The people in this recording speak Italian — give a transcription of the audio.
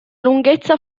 lunghezza